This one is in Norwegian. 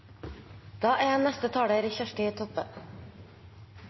Da har representanten Kjersti Toppe